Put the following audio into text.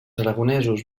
aragonesos